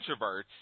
introverts